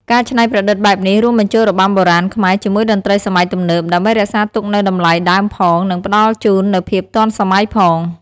ការច្នៃប្រឌិតបែបនេះ រួមបញ្ចូលរបាំបុរាណខ្មែរជាមួយតន្ត្រីសម័យទំនើប ដើម្បីរក្សាទុកនូវតម្លៃដើមផង និងផ្តល់ជូននូវភាពទាន់សម័យផង។